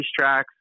racetracks